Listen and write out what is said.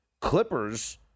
Clippers